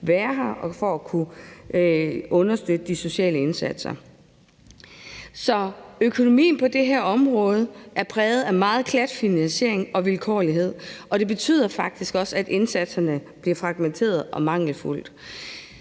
være her og for at kunne understøtte de sociale indsatser. Økonomien på det her område er præget af meget klatfinansiering og vilkårlighed, og det betyder faktisk også, at indsatserne bliver fragmenterede og mangelfulde.